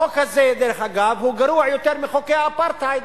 החוק הזה גרוע יותר מחוקי האפרטהייד.